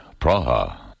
Praha